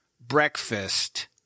breakfast